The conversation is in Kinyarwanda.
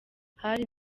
hari